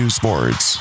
sports